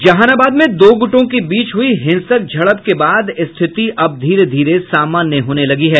जहानाबाद में दो गुटों के बीच हुयी हिंसक झड़प के बाद स्थिति अब धीरे धीरे सामान्य होने लगी है